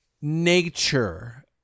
nature